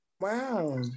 wow